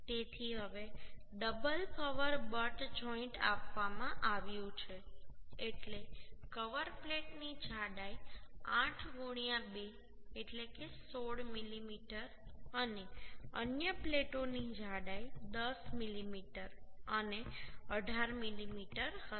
તેથી હવે double cover butt joint આપવામાં આવ્યું છે એટલે કવર પ્લેટની જાડાઈ 8 2 એટલે કે 16 મીમી અને અન્ય પ્લેટોની જાડાઈ 10 મીમી અને 18 મીમી હશે